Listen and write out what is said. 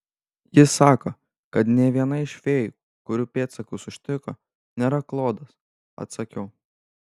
ji sako kad nė viena iš fėjų kurių pėdsakus užtiko nėra klodas atsakiau